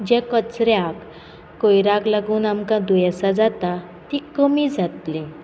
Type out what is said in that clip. ज्या कचऱ्याक कोयराक लागून आमकां दुयेंसां जाता तीं कमी जातलीं